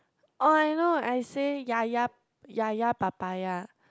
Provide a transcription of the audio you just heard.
oh I know I say ya ya ya ya papaya